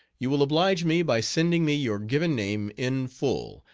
you will oblige me by sending me your given name in full,